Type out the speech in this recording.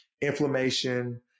inflammation